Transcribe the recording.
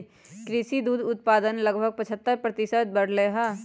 कृषि दुग्ध उत्पादन लगभग पचहत्तर प्रतिशत बढ़ लय है